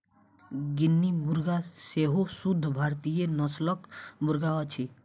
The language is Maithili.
गिनी मुर्गा सेहो शुद्ध भारतीय नस्लक मुर्गा अछि